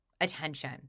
attention